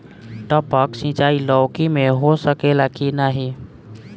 टपक सिंचाई लौकी में हो सकेला की नाही?